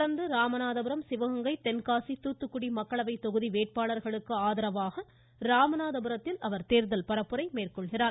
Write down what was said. தொடா்ந்து ராமநாதபுரம் சிவகங்கை தென்காசி தூத்துக்குடி மக்களவைத் தொகுதி வேட்பாளர்களுக்கு ராமநாதபுரத்தில் தேர்தல் பரப்புரை மேற்கொள்கிறார்